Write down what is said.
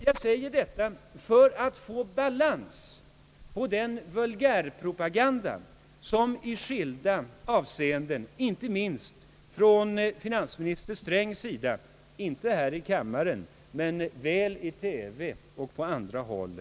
Jag säger detta för att nå balans i den vulgärpropaganda som i skilda avseenden har riktats mot högerpartiet, inte minst från finansminister Sträng — inte här i kammaren men väl i TV och på andra håll.